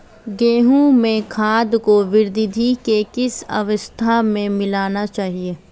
गेहूँ में खाद को वृद्धि की किस अवस्था में मिलाना चाहिए?